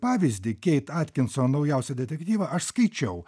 pavyzdį keit atkinson naujausią detektyvą aš skaičiau